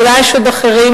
ואולי יש עוד אחרים,